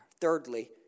Thirdly